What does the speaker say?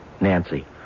Nancy